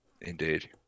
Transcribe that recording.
Indeed